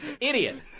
idiot